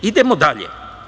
Idemo dalje.